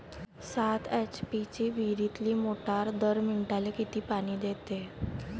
सात एच.पी ची विहिरीतली मोटार दर मिनटाले किती पानी देते?